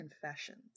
confessions